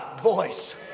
voice